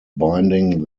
binding